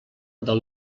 del